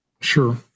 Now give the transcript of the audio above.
Sure